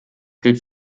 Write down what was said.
gilt